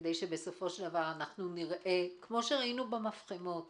ונראה כפי שראינו במפחמות